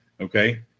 Okay